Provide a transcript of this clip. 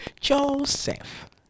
joseph